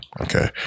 Okay